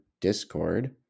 Discord